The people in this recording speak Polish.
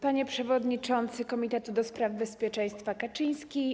Panie przewodniczący komitetu do spraw bezpieczeństwa Kaczyński!